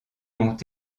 ont